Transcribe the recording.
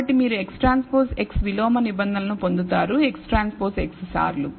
కాబట్టి మీరు XTX విలోమ నిబంధనలను పొందుతారు XTX సార్లు